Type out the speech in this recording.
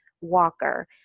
Walker